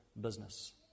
business